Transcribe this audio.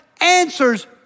answers